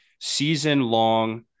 season-long